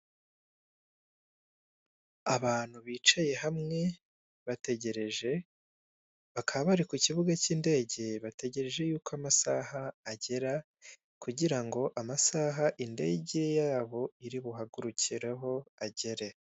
Abantu bicaye hamwe batagereje, bakaba bari ku kibuga k'indege bategereje yuko amasaha agera kugira ngo amasaha indege yabo iri buhagurukireho agere.